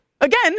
again